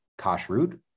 kashrut